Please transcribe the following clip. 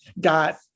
got